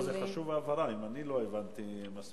לא, זה חשוב להבהרה, אם אני לא הבנתי מספיק.